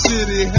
City